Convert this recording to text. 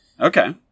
Okay